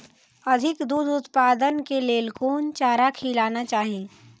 अधिक दूध उत्पादन के लेल कोन चारा खिलाना चाही?